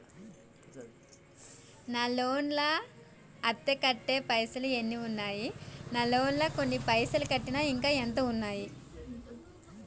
నా లోన్ లా అత్తే కట్టే పైసల్ ఎన్ని ఉన్నాయి నా లోన్ లా కొన్ని పైసల్ కట్టిన ఇంకా ఎంత ఉన్నాయి?